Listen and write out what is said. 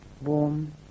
warm